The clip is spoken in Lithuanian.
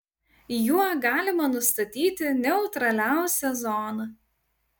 juo galima nustatyti neutraliausią zoną